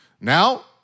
Now